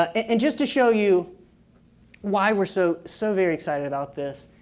and just to show you why we're so so very excited about this.